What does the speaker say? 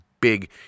big